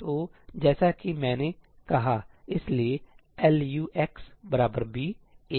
तो जैसा कि मैंने कहा ठीक इसलिए यह LUxb